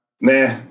Nah